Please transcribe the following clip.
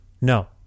no